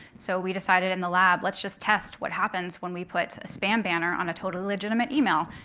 so we decided in the lab, let's just test what happens when we put a spam banner on a totally legitimate email.